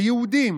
היהודים,